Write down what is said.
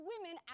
women